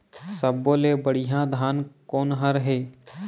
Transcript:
सब्बो ले बढ़िया धान कोन हर हे?